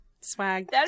Swag